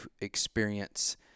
experience